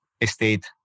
estate